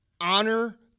honor